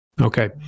Okay